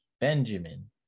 Benjamin